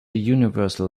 universal